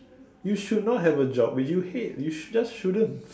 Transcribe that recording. you should not have a job which you hate you should just shouldn't